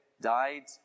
died